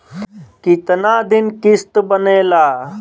कितना दिन किस्त बनेला?